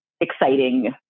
exciting